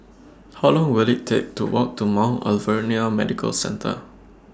How Long Will IT Take to Walk to Mount Alvernia Medical Centre